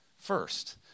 first